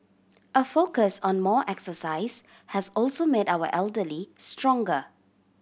a focus on more exercise has also made our elderly stronger